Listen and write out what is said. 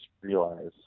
realize